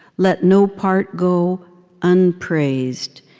let no part go unpraised.